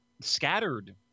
scattered